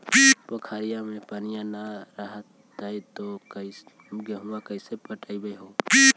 पोखरिया मे पनिया न रह है तो गेहुमा कैसे पटअब हो?